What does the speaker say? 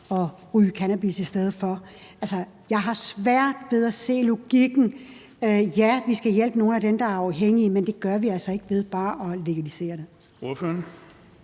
at ryge cannabis? Jeg har svært ved at se logikken i det. Ja, vi skal hjælpe nogle af dem, der er afhængige, men det gør vi altså ikke ved bare at legalisere det. Kl.